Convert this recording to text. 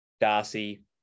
Darcy –